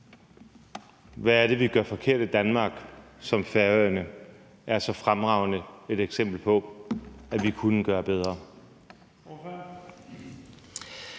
Hvad er det, vi gør forkert i Danmark, som Færøerne er så fremragende et eksempel på at vi kunne gøre bedre?